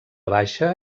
baixa